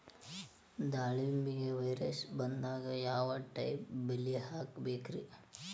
ದಾಳಿಂಬೆಗೆ ವೈರಸ್ ಬರದಂಗ ಯಾವ್ ಟೈಪ್ ಬಲಿ ಹಾಕಬೇಕ್ರಿ?